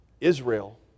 Israel